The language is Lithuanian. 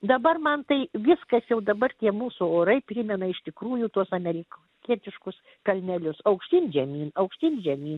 dabar man tai viskas jau dabar tie mūsų orai primena iš tikrųjų tuos amerikietiškus kalnelius aukštyn žemyn aukštyn žemyn